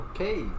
Okay